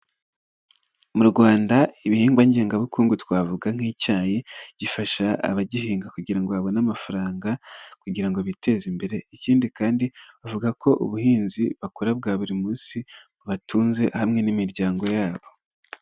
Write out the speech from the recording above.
Mu Rwanda ibihingwa ngengabukungu twavuga nk'icyayi. Gifasha abagihinga kugira ngo babone amafaranga kugira ngo biteze imbere. Ikindi kandi bavuga ko ubuhinzi bakora bwa buri munsi bubatunze hamwe n'imiryango yabo.